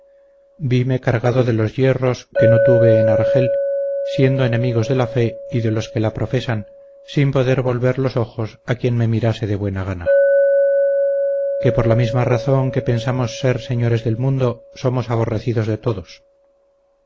vime cargado de los hierros que no tuve en argel siendo enemigos de la fe y de los que la profesan sin poder volver los ojos a quien me mirase de buena gana que por la misma razón que pensamos ser señores del mundo somos aborrecidos de todos